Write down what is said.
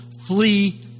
flee